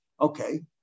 Okay